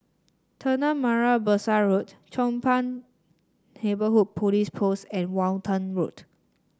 Tanah Merah Besar Road Chong Pang Neighbourhood Police Post and Walton Road